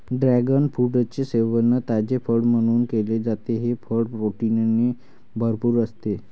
dragon फ्रूटचे सेवन ताजे फळ म्हणून केले जाते, हे फळ प्रोटीनने भरपूर असते